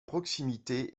proximité